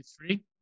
Three